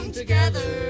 together